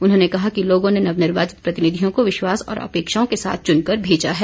उन्होंने कहा कि लोगों ने नवनिर्वाचित प्रतिनिधियों को विश्वास और अपेक्षाओं के साथ चुनकर भेजा है